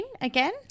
again